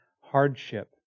hardship